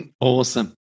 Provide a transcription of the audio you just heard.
Awesome